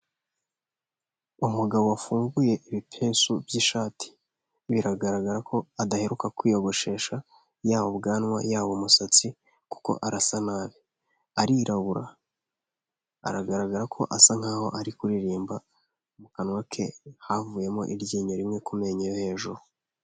Umugabo wafunguye ibipesu by'ishati biragaragara ko adaheruka kwiyogoshesha yaba ubwanwa yaba umusatsi kuko arasa nabi arirabura aragaragara ko asa nkaho ari kuririmba mu kanwa ke havuyemo iryinyo rimwe ku menyo yo hejuru.